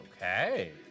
Okay